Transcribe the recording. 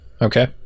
okay